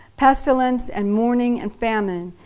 pestilence and mourning and famine,